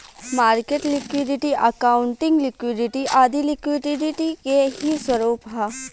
market liquidity, accounting liquidity आदी liquidity के ही स्वरूप है